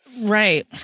Right